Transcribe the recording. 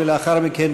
ולאחר מכן,